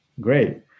great